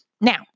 Now